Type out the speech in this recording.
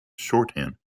shorthand